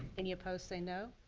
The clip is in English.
any opposed say no.